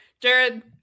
Jared